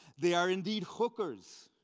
they are indeed hookers.